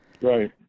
Right